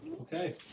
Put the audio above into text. Okay